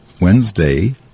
Wednesday